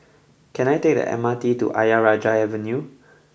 can I take the M R T to Ayer Rajah Avenue